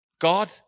God